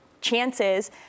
Chances